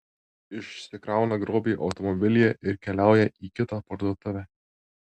išsikrauna grobį automobilyje ir keliauja į kitą parduotuvę